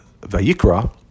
Vayikra